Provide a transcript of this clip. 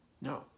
No